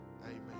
Amen